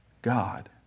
God